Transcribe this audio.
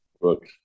Look